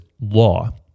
law